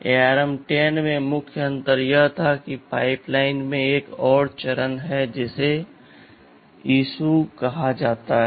ARM 10 में मुख्य अंतर यह था कि पाइप लाइन में एक और चरण है जिसे समस्या कहा जाता है